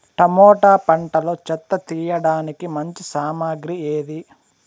Tomato పంటలో చెత్త తీయడానికి మంచి సామగ్రి ఏది?